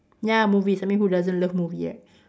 ya movies I mean who doesn't love movie right